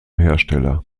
hersteller